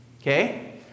Okay